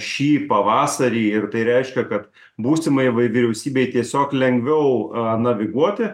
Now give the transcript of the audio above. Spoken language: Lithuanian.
šį pavasarį ir tai reiškia kad būsimai vy vyriausybei tiesiog lengviau a naviguoti